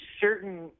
certain